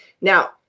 Now